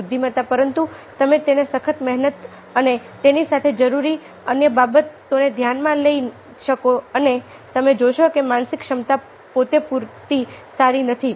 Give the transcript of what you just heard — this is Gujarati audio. બુદ્ધિમત્તા પરંતુ તમે તેને સખત મહેનત અને તેની સાથે જરૂરી અન્ય બાબતોને ધ્યાનમાં ન લઈ શકો અને તમે જોશો કે માનસિક ક્ષમતા પોતે પૂરતી સારી નથી